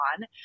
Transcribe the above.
on